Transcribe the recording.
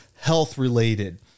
health-related